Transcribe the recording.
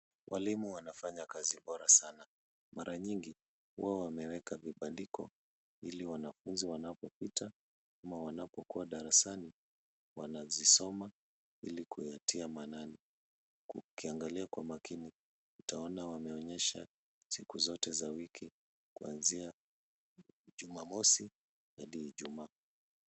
Walimu wanafanya kazi bora sana, mara nyingi huwa wameweka vibandiko ili wanafunzi wanapopita ama wanapokuwa darasani wanazisoma ili kuyatia maanani. Ukiangalia kwa umakini, utaona wameonyesha siku zote za wiki kuanzia jumamosi hadi ijumaa.